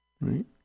Right